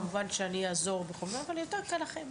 כמובן שאני אעזור, אבל יותר קל לכם.